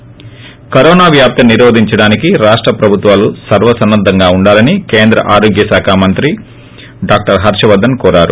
ి కరోనా వ్యాప్తిని నిరోధించడానికి రాష్ట ప్రభుత్వాలు సర్వసన్నద్దంగా ఉండాలని కేంద్ర ఆరోగ్య శాఖ మంత్రి డాక్టర్ హర్షవర్గస్ కోరారు